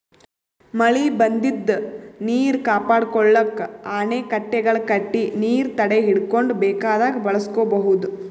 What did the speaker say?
ಮಳಿ ಬಂದಿದ್ದ್ ನೀರ್ ಕಾಪಾಡ್ಕೊಳಕ್ಕ್ ಅಣೆಕಟ್ಟೆಗಳ್ ಕಟ್ಟಿ ನೀರ್ ತಡೆಹಿಡ್ಕೊಂಡ್ ಬೇಕಾದಾಗ್ ಬಳಸ್ಕೋಬಹುದ್